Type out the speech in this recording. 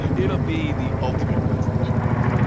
it'll be the ultimate consolation prize.